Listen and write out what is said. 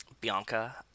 Bianca